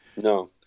No